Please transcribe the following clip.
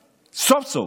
סוף-סוף,